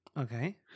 Okay